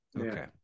Okay